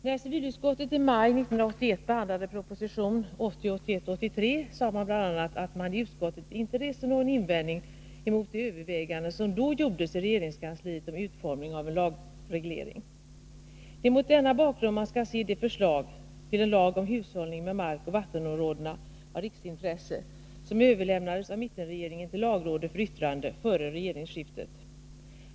När civilutskottet i maj 1981 behandlade proposition 1980/81:83 sades det bl.a. att man i utskottet inte reste någon invändning emot de överväganden som gjordes i regeringskansliet om utformning av en lagreglering. Det är mot denna bakgrund man skall se de förslag till lag om hushållning med markoch vattenområden av riksintresse som överlämnades av mittenregeringen till lagrådet för yttrande före regeringsskiftet.